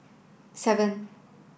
seven